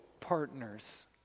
partners